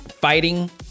fighting